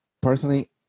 Personally